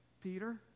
Peter